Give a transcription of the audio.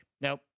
Nope